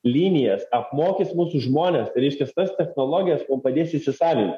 linijas apmokys mūsų žmones reiškias tas technologijas mum padės įsisavint